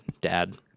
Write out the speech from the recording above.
dad